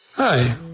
Hi